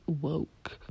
woke